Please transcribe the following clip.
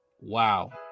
Wow